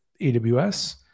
AWS